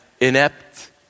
inept